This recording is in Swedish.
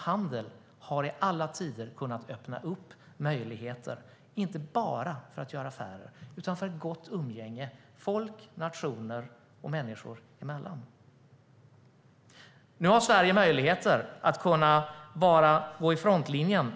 Handel har i alla tider kunnat öppna möjligheter, inte bara för att göra affärer, utan också för ett gott umgänge folk, nationer och människor emellan. Nu har Sverige möjlighet att gå i frontlinjen.